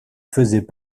faisaient